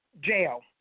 jail